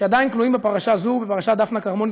שעדיין כלואים בפרשה זו ובפרשת דפנה כרמון,